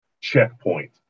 checkpoint